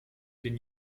den